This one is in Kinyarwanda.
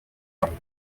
wagoye